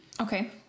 Okay